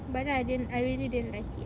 but then I didn't I really didn't like it